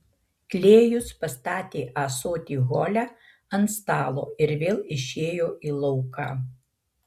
klėjus pastatė ąsotį hole ant stalo ir vėl išėjo į lauką